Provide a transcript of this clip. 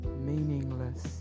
meaningless